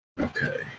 Okay